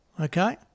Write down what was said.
Okay